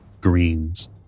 greens